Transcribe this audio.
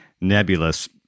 nebulous